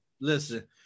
Listen